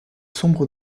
sombre